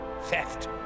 theft